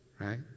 Right